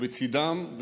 ולצידם,